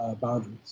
boundaries